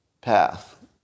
path